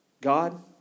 God